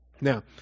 Now